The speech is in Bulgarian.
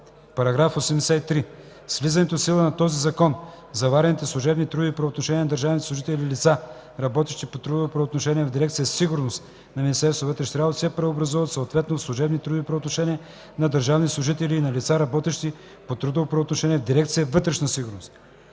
ОДМВР. § 83. С влизането в сила на този закон заварените служебни и трудови правоотношения на държавните служители и лицата, работещи по трудово правоотношение в дирекция „Сигурност на Министерството на вътрешните работи”, се преобразуват съответно в служебни и трудови правоотношения на държавни служители и на лица, работещи по трудово правоотношение в дирекция „Вътрешна сигурност”.